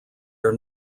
are